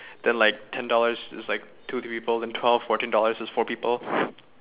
then like ten dollars is like two three people then twelve fourteen dollars is four people